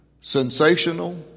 sensational